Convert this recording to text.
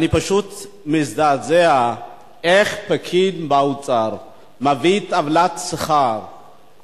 אני פשוט מזדעזע איך פקיד באוצר מביא טבלת שכר,